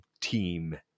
team